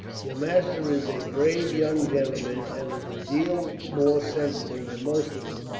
your master is a brave young gentleman, and is a deal more sensible than most of them,